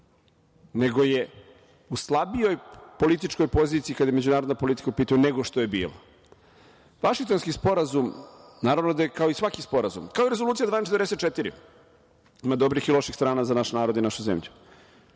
nego je u slabijoj političkoj poziciji kada je međunarodna politika u pitanju nego što je bila. Vašingtonski sporazum, naravno da je kao i svaki sporazum, kao Rezolucija 1244, ima dobrih i loših strana za naš narod i našu zemlju